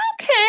Okay